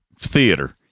theater